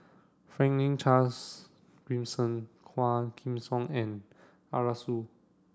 Franklin Charles Gimson Quah Kim Song and Arasu